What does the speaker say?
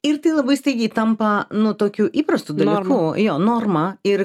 ir tai labai staigiai tampa nu tokiu įprastu dalyku jo norma ir